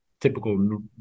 typical